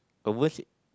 converse